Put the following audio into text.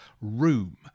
room